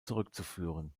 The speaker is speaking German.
zurückzuführen